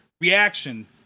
reaction